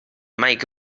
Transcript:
mike